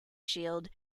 shield